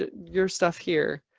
ah your stuff here.